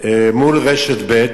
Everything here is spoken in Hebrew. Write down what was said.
מול רשת ב'.